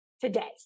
today